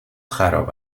خراب